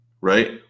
right